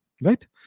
right